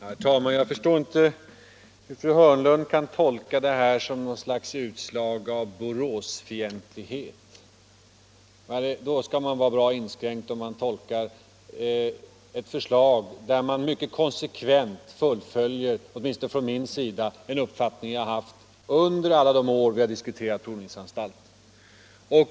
Herr talman! Jag förstår inte hur fru Hörnlund kan tolka det här som något slags utslag av Boråsfientlighet. Man skall vara bra inskränkt om man på det sättet tolkar ett förslag, där åtminstone jag mycket konsekvent fullföljt den uppfattning jag haft under alla år vi diskuterat provningsanstalten.